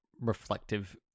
reflective